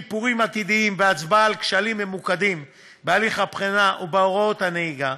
שיפורים עתידיים והצבעה על כשלים ממוקדים בהליך הבחינה ובהוראת הנהיגה,